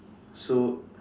so